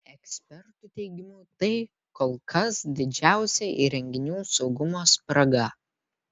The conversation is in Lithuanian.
ekspertų teigimu tai kol kas didžiausia įrenginių saugumo spraga